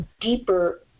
deeper